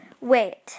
Wait